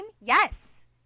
Yes